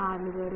14 വരെ